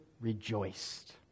rejoiced